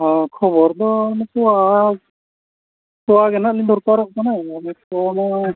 ᱦᱮᱸ ᱠᱷᱚᱵᱚᱨ ᱫᱚ ᱩᱱᱠᱩᱣᱟᱜ ᱛᱳᱣᱟ ᱜᱮᱦᱟᱸᱜ ᱞᱤᱧ ᱫᱚᱨᱠᱟᱨᱚᱜ ᱠᱟᱱᱟ ᱚᱱᱟ